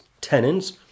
tenons